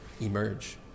emerge